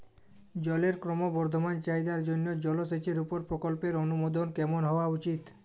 জলের ক্রমবর্ধমান চাহিদার জন্য জলসেচের উপর প্রকল্পের অনুমোদন কেমন হওয়া উচিৎ?